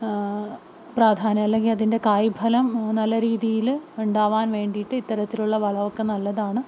പ്രാധാന്യം അല്ലെങ്കിൽ അതിൻ്റെ കായ് ഫലം നല്ല രീതിയിൽ ഉണ്ടാകാൻ വേണ്ടിയിട്ട് ഇത്തരത്തിലുള്ള വളമൊക്കെ നല്ലതാണ്